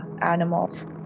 animals